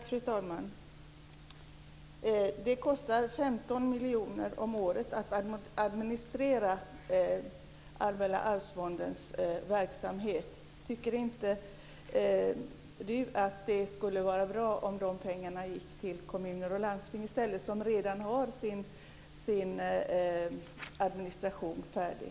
Fru talman! Det kostar 15 miljoner om året att administrera Allmänna arvsfondens verksamhet. Tycker inte Nikos Papodopoulos att det skulle vara bra om de pengarna gick till kommuner och landsting i stället som redan har sin administration färdig?